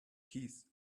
keys